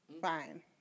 Fine